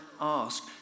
ask